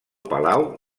palau